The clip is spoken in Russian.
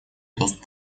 доступ